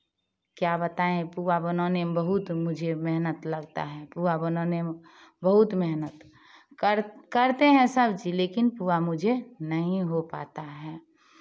क्या बताएँ पुआ बनाने में बहुत मुझे मेहनत लगता है पुआ बनाने में बहुत मेहनत कर करते हैं सब चीज़ लेकिन पुआ मुझे नहीं हो पाता है